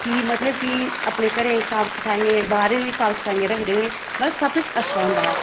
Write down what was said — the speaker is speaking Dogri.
कि मतलब कि अपने घरें साफ सफाइयें बाह्रें बी साफ सफाइयें रखदे हे मतलब सब किश अच्छा होंदा हा